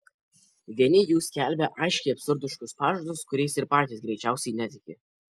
vieni jų skelbia aiškiai absurdiškus pažadus kuriais ir patys greičiausiai netiki